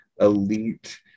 elite